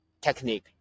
technique